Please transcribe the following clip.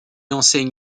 enseigne